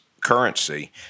currency